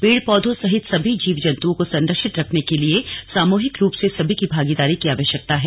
पेड़ पौधों सहित सभी जीव जंतुओं को संरक्षित रखने के लिए सामूहिक रूप से सभी की भागीदारी की आवश्यकता है